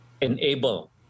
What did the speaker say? Enable